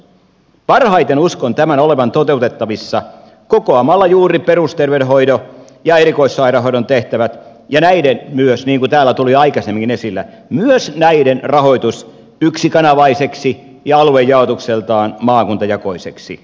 parhaiten uskon tämän olevan toteutettavissa kokoamalla juuri perusterveydenhoidon ja erikoissairaanhoidon tehtävät ja niin kuin täällä tuli aikaisemminkin esille myös näiden rahoituksen yksikanavaiseksi ja aluejaotukseltaan maakuntajakoiseksi